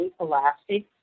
elastic